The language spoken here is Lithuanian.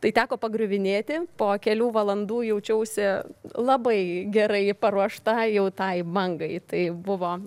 tai teko pagriuvinėti po kelių valandų jaučiausi labai gerai paruošta jau tai bangai tai buvo